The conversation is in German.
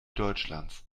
deutschlands